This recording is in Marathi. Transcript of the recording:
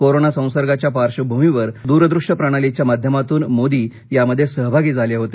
कोरोना संसर्गाच्या पार्श्वभूमीवर दूरदृष्य प्रणालीच्या माध्यमातून मोदी यामध्ये सहभागी झाले होते